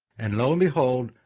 and lo and behold,